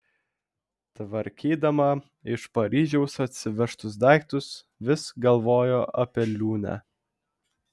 tvarkydama iš paryžiaus atsivežtus daiktus vis galvojo apie liūnę